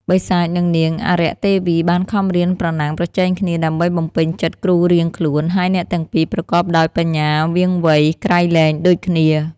បិសាចនឹងនាងអារក្ខទេវីបានខំរៀនប្រណាំង ប្រជែងគ្នា ដើម្បីបំពេញចិត្តគ្រូរៀងខ្លួន ហើយអ្នកទាំងពីរប្រកបដោយបញ្ញាវៀងវៃក្រៃលែងដូចគ្នា ។